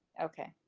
okay.